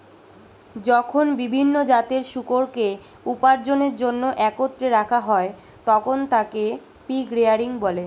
যখন বিভিন্ন জাতের শূকরকে উপার্জনের জন্য একত্রে রাখা হয়, তখন তাকে পিগ রেয়ারিং বলে